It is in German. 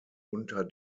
unter